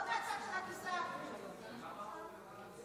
לא מהצד של, כבוד היושב-ראש, כנסת נכבדה, אני